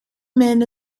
men